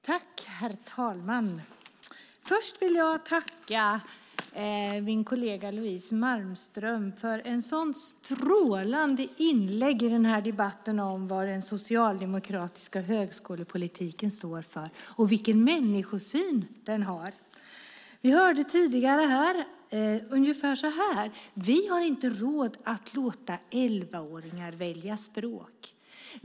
Herr talman! Jag vill börja med att tacka min kollega Louise Malmström för ett sådant strålande inlägg i debatten om vad den socialdemokratiska högskolepolitiken står för och vilken människosyn den har. Tidigare här hörde vi ungefär detta: Vi har inte råd att låta elvaåringar välja språk.